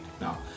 Now